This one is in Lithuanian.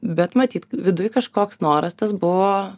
bet matyt viduj kažkoks noras tas buvo